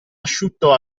asciutto